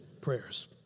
prayers